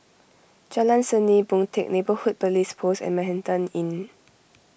Jalan Seni Boon Teck Neighbourhood Police Post and Manhattan Inn